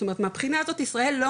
זאת אומרת מהבחינה הזאת ישראל לא